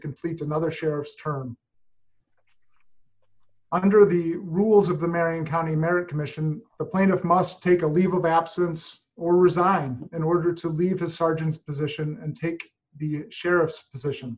complete another sheriff's term under the rules of the marion county merit commission the plaintiff must take a leave of absence or resign in order to leave his sergeant's position and take the sheriff's assertion